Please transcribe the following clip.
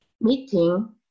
meeting